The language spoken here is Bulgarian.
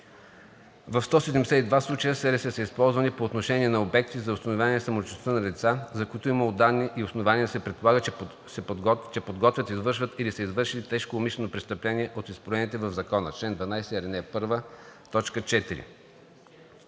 средства са използвани по отношение на обекти за установяване самоличността на лица, за които е имало данни и основания да се предполага, че подготвят, извършват или са извършили тежко умишлено престъпление от изброените в Закона – чл. 12, ал.